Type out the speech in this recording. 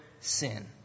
sin